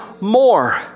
more